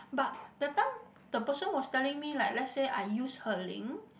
but that time the person was telling me like let's say I use her link